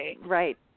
right